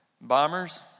bombers